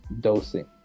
dosing